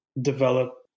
develop